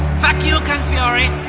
fuck you kung fury.